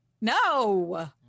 No